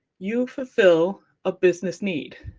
you fulfil a business need.